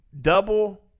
double